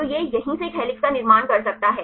तो यह यहीं से एक हेलिक्स का निर्माण कर सकता है